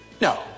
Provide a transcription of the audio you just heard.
No